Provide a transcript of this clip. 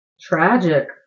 Tragic